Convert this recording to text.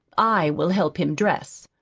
i will help him dress.